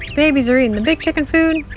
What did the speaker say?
babies are eating the big chicken food